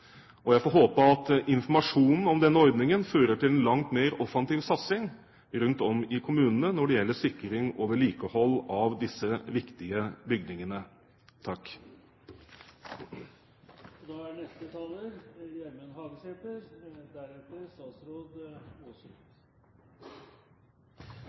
og jeg får håpe at informasjonen om denne ordningen fører til en langt mer offensiv satsing rundt om i kommunene når det gjelder sikring og vedlikehold av disse viktige bygningene.